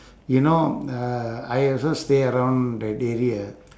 you know uh I also stay around that area